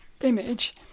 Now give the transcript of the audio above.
image